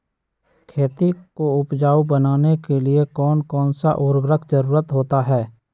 खेती को उपजाऊ बनाने के लिए कौन कौन सा उर्वरक जरुरत होता हैं?